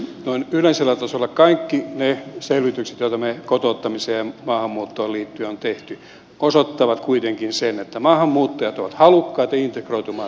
noin yleisellä tasolla kaikki ne selvitykset joita me kotouttamiseen ja maahanmuuttoon liittyen olemme tehneet osoittavat kuitenkin sen että maahanmuuttajat ovat halukkaita integroitumaan tähän yhteiskuntaan